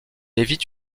évite